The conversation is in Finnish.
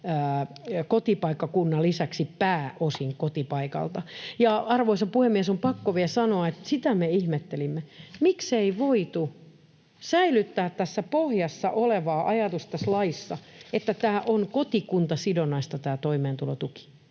kotipaikkakunnan lisäksi pääosin kotipaikalta. Arvoisa puhemies! On pakko vielä sanoa, että sitä me ihmettelimme, miksei tässä laissa voitu säilyttää tässä pohjassa olevaa ajatusta, että tämä on kotikuntasidonnaista